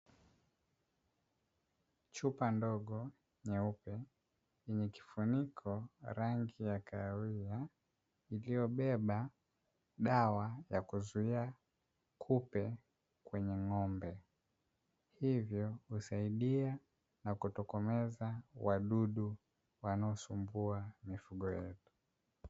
Chupa ndogo nyeupe yenye kifuniko rangi ya kahawia iliyobeba dawa ya kuzuia kupe kwenye ng'ombe, hivyo husaidia na kutokomeza wadudu wanaosumbua mifugo yetu.